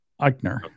Eichner